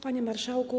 Panie Marszałku!